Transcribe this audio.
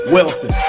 Wilson